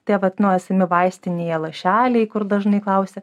tie vat nu esami vaistinėje lašeliai kur dažnai klausia